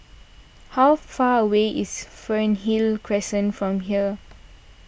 how far away is Fernhill Crescent from here